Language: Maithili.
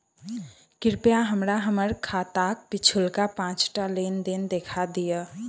कृपया हमरा हम्मर खाताक पिछुलका पाँचटा लेन देन देखा दियऽ